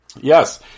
Yes